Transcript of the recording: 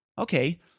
okay